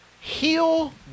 Heal